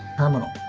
terminal,